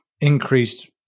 increased